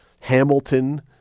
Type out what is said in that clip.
Hamilton